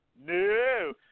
no